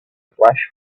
flash